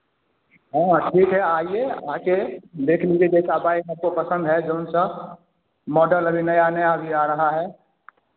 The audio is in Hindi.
हाँ हाँ ठीक है आइए आके देख लीजिए जैसा आप आए हैं आपको पसंद है जोनसा मॉडल अभी नया नया अभी आ रहा है